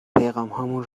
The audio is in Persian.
پیغامهامون